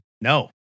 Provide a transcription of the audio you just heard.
No